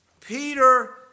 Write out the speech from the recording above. Peter